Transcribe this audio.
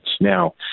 Now